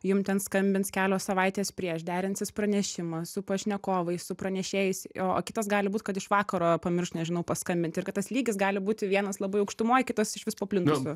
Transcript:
jum ten skambins kelios savaitės prieš derinsis pranešimą su pašnekovais su pranešėjais o o kitos gali būt kad iš vakaro pamirš nežinau paskambint ir kad tas lygis gali būti vienas labai aukštumoj kitas išvis po plintusu